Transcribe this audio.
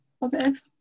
Positive